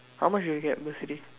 how much do you get bursary